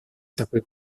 такой